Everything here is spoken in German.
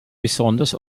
besonders